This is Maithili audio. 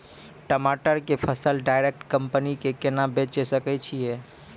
टमाटर के फसल डायरेक्ट कंपनी के केना बेचे सकय छियै?